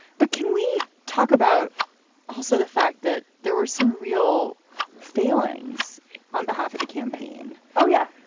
but can we talk about also the fact that. there were some real feelings on behalf of the campaign. oh, yeah,